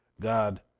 God